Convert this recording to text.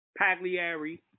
Pagliari